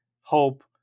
hope